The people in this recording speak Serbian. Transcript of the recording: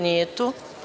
Nije tu.